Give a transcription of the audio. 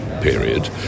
period